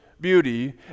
beauty